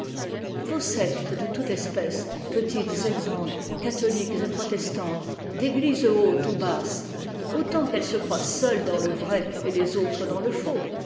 vos sectes de toute espèce petites et grandes catholiques et protestantes d'eglise haute ou basse autant qu'elles se croient seules dans le vrai et les autres dans le faux